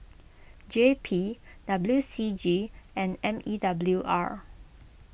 J P W C G and M E W R